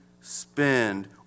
spend